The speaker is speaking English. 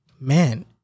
man